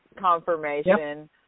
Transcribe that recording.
confirmation